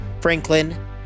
Franklin